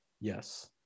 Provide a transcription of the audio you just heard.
Yes